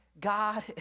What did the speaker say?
God